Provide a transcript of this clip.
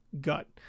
gut